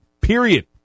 Period